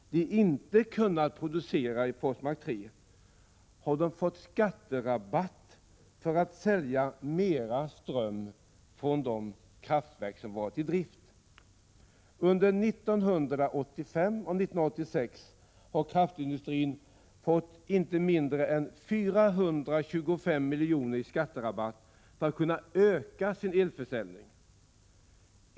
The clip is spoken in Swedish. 1986/87:89 har kunnat producera i Forsmark 3 har den fått skatterabatt för att kunna 18 mars 1987 sälja mer ström från de kraftverk som varit i drift. Under 1985 och 1986 har kraftindustrin fått inte mindre än 425 milj.kr. i skatterabatt för att kunna öka sin elförsäljning.